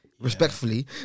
respectfully